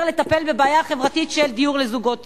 לטיפול בבעיה החברתית של דיור לזוגות צעירים.